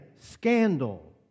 scandal